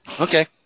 okay